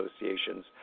Association's